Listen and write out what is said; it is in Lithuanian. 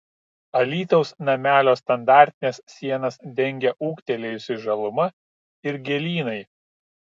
alytaus namelio standartines sienas dengia ūgtelėjusi žaluma ir gėlynai